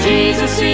Jesus